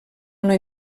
una